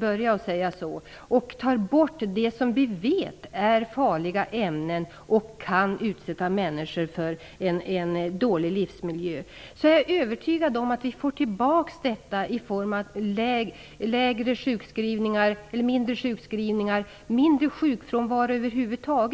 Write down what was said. börja med det, och tar bort det som vi vet är farliga ämnen och som kan utsätta människor för en dålig livsmiljö, är jag övertygad om att vi får tillbaks detta i form av färre sjukskrivningar och mindre sjukfrånvaro över huvud taget.